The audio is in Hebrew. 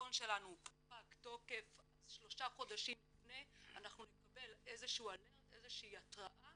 הדרכון שלנו פג תוקף אז שלושה חודשים לפני נקבל איזו שהיא התראה